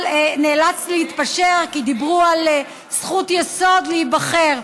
אבל נאלצתי להתפשר כי דיברו על זכות יסוד להיבחר.